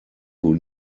who